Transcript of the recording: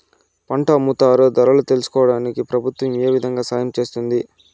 పంట అమ్ముతారు ధరలు తెలుసుకోవడానికి ప్రభుత్వం ఏ విధంగా సహాయం చేస్తుంది?